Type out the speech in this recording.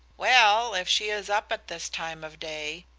well, if she is up at this time of day,